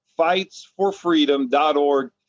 FightsForFreedom.org